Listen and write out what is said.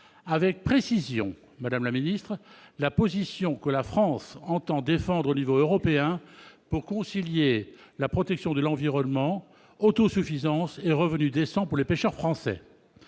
avec précision la position que la France entend défendre au niveau européen pour concilier protection de l'environnement, autosuffisance et revenus décents pour les pêcheurs français.